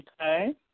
okay